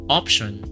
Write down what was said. option